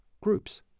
groups